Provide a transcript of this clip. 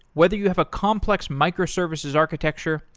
whether you have a complex microservices architecture,